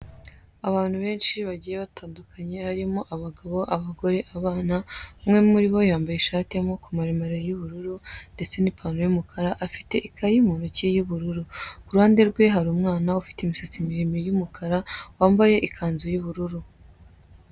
Abantu benshi bagiye batandukanye harimo abagabo, abagore, abana, umwe muri bo yambaye ishati y'amaboko maremare y'ubururu, ndetse n'ipantaro y'umukara, afite ikayi mu ntoki y'ubururu, kuruhande rwe hari umwana ufite imisatsi y'umukara wambaye ikanzu y'ubururu.